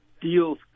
deals